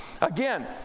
Again